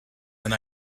and